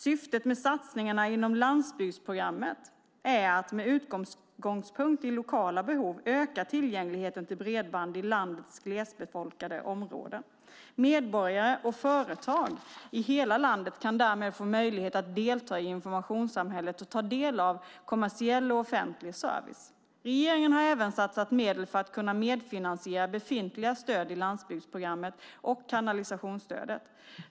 Syftet med satsningarna inom landsbygdsprogrammet är att, med utgångspunkt i lokala behov, öka tillgängligheten till bredband i landets glesbefolkade områden. Medborgare och företag i hela landet kan därmed få möjlighet att delta i informationssamhället och ta del av kommersiell och offentlig service. Regeringen har även satsat medel för att kunna medfinansiera befintliga stöd i landsbygdsprogrammet och kanalisationsstödet.